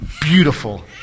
beautiful